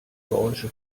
geräusche